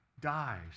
dies